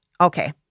Okay